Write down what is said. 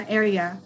area